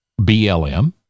BLM